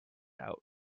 out